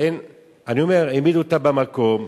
העמידו אותה במקום.